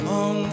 on